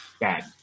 Bad